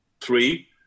Three